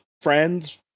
friends